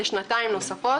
לשנתיים נוספות.